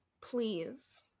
please